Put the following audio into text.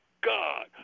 God